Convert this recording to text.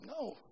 No